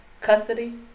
Custody